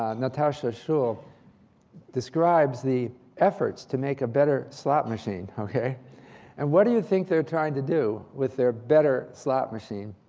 ah natasha schulle describes the efforts to make a better slot machine. and what do you think they're trying to do with their better slot machine?